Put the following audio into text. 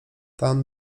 tam